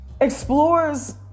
explores